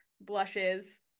blushes